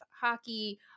hockey